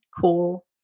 cool